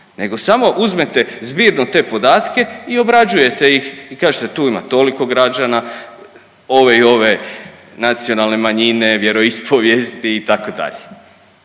nego samo uzmete zbirno te podatke i obrađujete ih i kažete tu ima toliko građana, ove i ove nacionalne manjine, vjeroispovijesti itd.